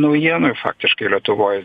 naujienų ir faktiškai lietuvoj